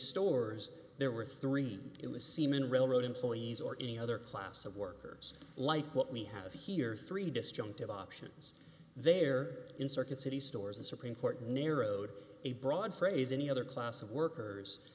stores there were three it was semen railroad employees or any other class of workers like what we have here three disjunctive options there in circuit city stores the supreme court narrowed a broad phrase any other class of workers